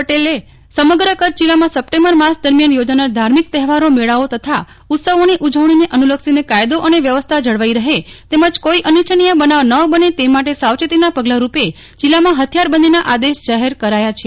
પટેલે સમગ્ર કચ્છમાં સપ્ટેમ્બર માસ દરમિયાન યોજાનાર ધાર્મિક તહેવારો મેળાઓ તથા ઉત્સવોની ઉજવણીને અનુલક્ષીને કાયદો અને વ્યવસ્થા જાળવો રહે તેમજ કોઈ અનિચ્છનીય બનાવ ન બને તે માટે સાવચેતીના પગલા રૂપે જિલામાં હથિથાર બંધીના આદેશ જાહેર કરાયા છે